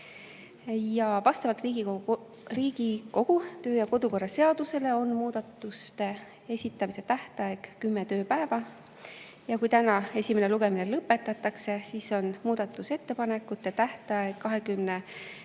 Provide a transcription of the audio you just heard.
Vastavalt Riigikogu kodu- ja töökorra seadusele on muudatuste esitamise tähtaeg kümme tööpäeva, nii et kui täna esimene lugemine lõpetatakse, siis on muudatusettepanekute tähtaeg 29.